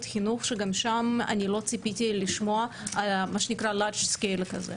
החינוך שגם לא ציפיתי לשמוע שיש בה היקף רחב כזה.